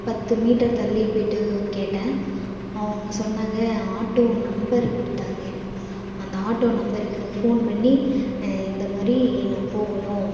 பத்து மீட்டர் தள்ளி போயிட்டு கேட்டேன் அவங்க சொன்னாங்க ஆட்டோ நம்பர் கொடுத்தாங்க அந்த ஆட்டோ நம்பருக்கு நான் ஃபோன் பண்ணி இந்த மாதிரி நான் போகணும்